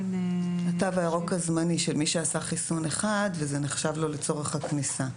התו הירוק הזמני של מי שעשה חיסון אחד וזה נחשב לו לצורך הכניסה.